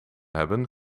hebben